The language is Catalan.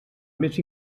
més